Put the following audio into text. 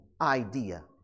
idea